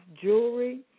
jewelry